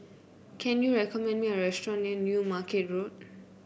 can you recommend me a restaurant near New Market Road